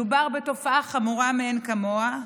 מדובר בתופעה חמורה מאין כמוה.